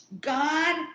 God